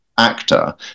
actor